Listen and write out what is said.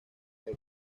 del